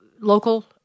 local